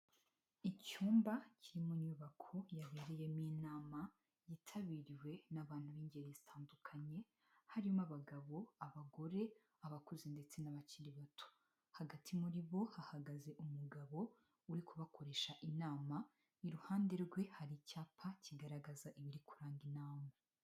Icyumba kiri mu nyubako yabereyemo inama yitabiriwe n'abantu b'ingeri zitandukanye harimo abagabo, abagore, abakuze ndetse n'abakiri bato hagati muri bo hahagaze umugabo uri kubakoresha inama iruhande rwe hari icyapa kigaragaza ibiri kuranga inama.